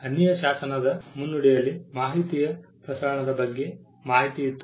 ಅನ್ನಿಯ ಶಾಸನದ ಮುನ್ನುಡಿಯಲ್ಲಿ ಮಾಹಿತಿಯ ಪ್ರಸರಣದ ಬಗ್ಗೆ ಮಾಹಿತಿ ಇತ್ತು